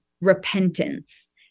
repentance